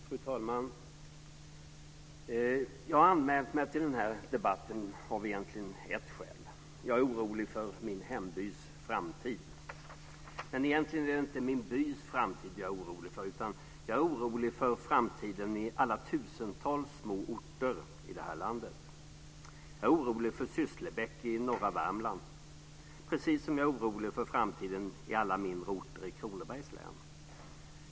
Fru talman! Jag har anmält mig till den här debatten egentligen av ett skäl. Jag är orolig för min hembys framtid. Men egentligen är det inte min bys framtid jag är orolig för, utan jag är orolig för framtiden i alla tusentals små orter i det här landet. Jag är orolig för Sysslebäck i norra Värmland, precis som jag är orolig för framtiden på alla mindre orter i Kronobergs län.